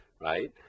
right